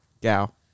Gal